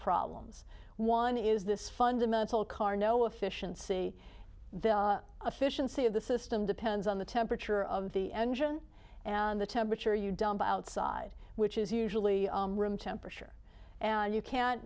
problems one is this fundamental karnow efficiency officials say of the system depends on the temperature of the engine and the temperature you dump outside which is usually room temperature and you can't